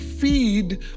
feed